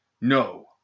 no